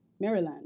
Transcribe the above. Maryland